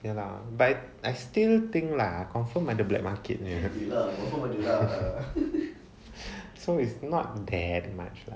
ya lah but I still think lah confirm under black market so it's not that much lah